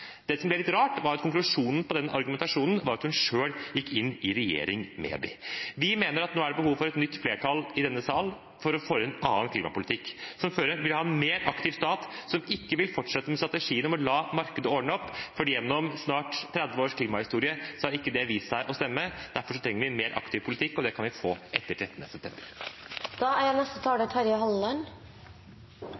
Det som var litt rart, var at konklusjonen på den argumentasjonen var at hun selv gikk inn i regjering med dem. Vi mener at det nå er behov for et nytt flertall i denne salen for å føre en annen klimapolitikk med en mer aktiv stat, og som ikke vil fortsette strategien med å la markedet ordne opp, for gjennom snart 30 års klimahistorie har det ikke vist seg å stemme. Derfor trenger vi en mer aktiv politikk, og det kan vi få etter den 13. september.